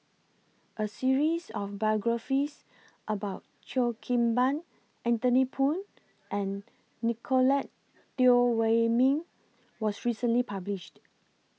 A series of biographies about Cheo Kim Ban Anthony Poon and Nicolette Teo Wei Min was recently published